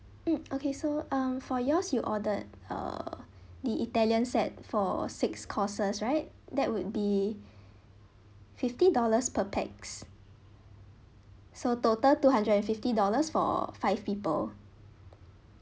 mm okay so um for yours you ordered uh the itallian set for six courses right that would be fifty dollars per pax so total two hundred and fifty dollars for five people